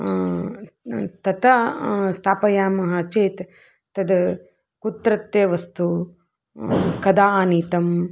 तथा स्थापयामः चेत् तत् कुत्रत्य वस्तु कदा आनीतं